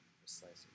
precisely